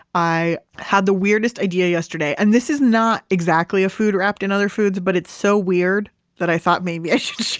i had the weirdest idea yesterday, and this is not exactly a food wrapped in other foods, but it's so weird that i thought maybe i should share